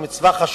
היא מצווה חשובה,